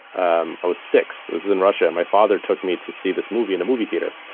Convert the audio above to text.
um i was six, it was in russia. and my father took me to see this movie in a movie theater.